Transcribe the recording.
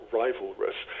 rivalrous